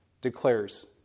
declares